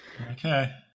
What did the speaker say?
Okay